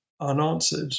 unanswered